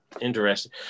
Interesting